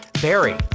Barry